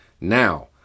Now